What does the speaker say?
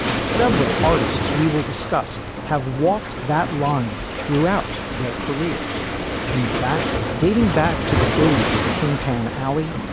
several artists we will discuss have walked that line throughout their careers in fact, dating back to the days of tin pan alley,